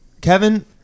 Kevin